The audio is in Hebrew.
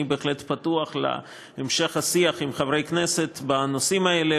אני בהחלט פתוח להמשך השיח עם חברי הכנסת בנושאים האלה,